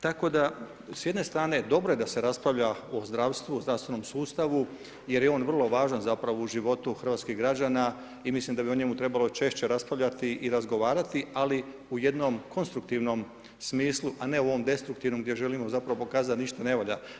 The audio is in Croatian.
Tako da, s jedne strane dobro je da se raspravlja o zdravstvu, o zdravstvenom sustavu jer je on vrlo važan zapravo u životu hrvatskih građana i mislim da bi o njemu trebalo češće raspravljati i razgovarati, ali u jednom konstruktivnom smislu, a ne u ovom destruktivnom gdje želimo zapravo pokazati da ništa ne valja.